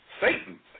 Satan